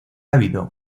habido